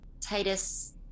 Titus